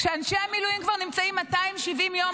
כשאנשי המילואים נמצאים כבר 270 יום